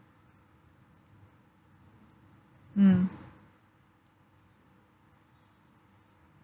mm